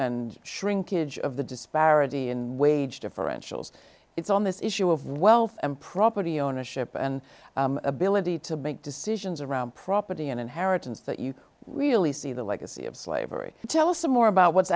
shrinkage of the disparity in wage differentials it's on this issue of wealth and property ownership and ability to make decisions around property and inheritance that you really see the legacy of slavery tell us more about what's